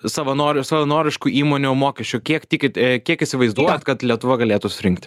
savanorių savanoriškų įmonių mokesčių kiek tikit ė kiek įsivaizduojat kad lietuva galėtų surinkti